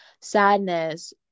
sadness